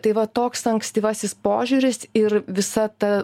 tai va toks ankstyvasis požiūris ir visa ta